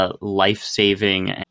life-saving